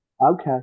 Okay